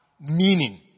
meaning